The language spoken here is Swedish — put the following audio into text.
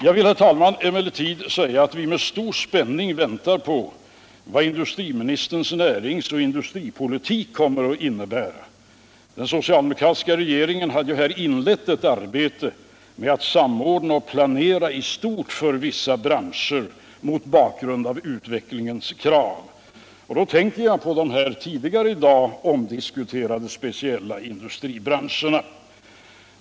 Jag vill, herr talman, emellertid säga att vi med stor spänning väntar på vad industriministerns näringsoch industripolitik kommer att innebära. Den socialdemokratiska regeringen hade ju här inlett ett arbete med att samordna och planera i stort för vissa branscher mot bakgrund av utvecklingens krav. Då tänker jag på de här tidigare i dag omdiskuterade speciella industribranseherna.